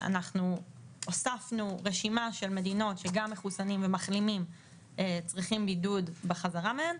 הוספנו רשימת מדינות שגם מחוסנים ומחלימים צריכים בידוד בחזרה מהן.